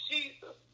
Jesus